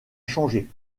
changé